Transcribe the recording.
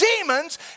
demons